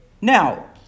Now